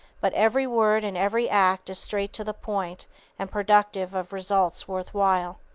but every word and every act is straight to the point and productive of results worth while.